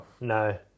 No